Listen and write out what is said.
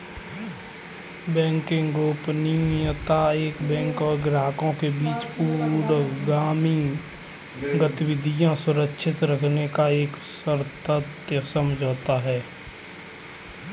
banking गोपनीयता एक bank और ग्राहकों के बीच पूर्वगामी गतिविधियां सुरक्षित रखने का एक सशर्त समझौता है